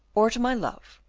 or to my love,